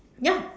ya